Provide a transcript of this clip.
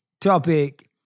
topic